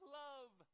love